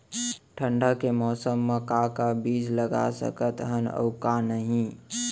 ठंडा के मौसम मा का का बीज लगा सकत हन अऊ का नही?